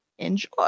enjoy